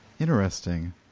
Interesting